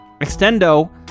Extendo